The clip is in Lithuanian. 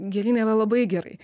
gėlynai yra labai gerai